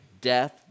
death